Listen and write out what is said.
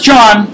John